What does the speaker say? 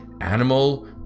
animal